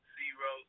zero